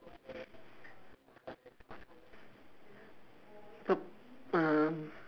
b~ uh